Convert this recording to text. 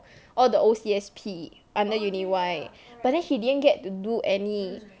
all the O_C_S_P under uni Y but then she didn't get to do any